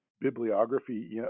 bibliography